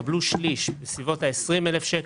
הם יקבלו שליש בסביבות 20,000 ₪